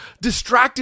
distracted